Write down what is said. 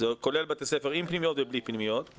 וזה כולל בתי ספר עם פנימיות ובלי פנימיות.